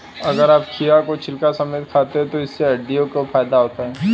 अगर आप खीरा को छिलका समेत खाते हैं तो इससे हड्डियों को फायदा होता है